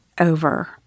over